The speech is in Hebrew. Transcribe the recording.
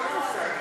אני מורידה ציפיות.